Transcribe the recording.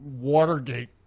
Watergate